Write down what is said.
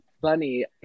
funny